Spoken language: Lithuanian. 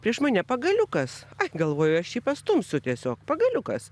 prieš mane pagaliukas a galvoju aš jį pastumsiu tiesiog pagaliukas